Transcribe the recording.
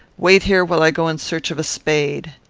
wait here, while i go in search of a spade.